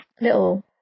little